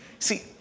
See